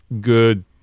good